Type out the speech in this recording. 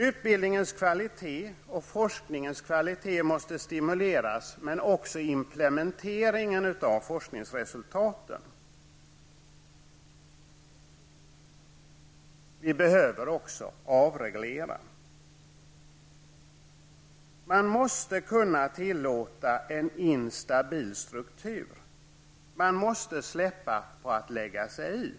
Utbildningens kvalitet och forskningens kvalitet måste stimuleras, men det måste också ske med implementeringen av forskningsresultaten. Vi behöver också avreglera. Man måste kunna tillåta en instabil struktur. Man måste släppa benägenheten att lägga sig i.